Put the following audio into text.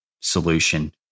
solution